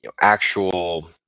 actual